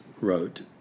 wrote